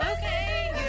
Okay